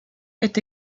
est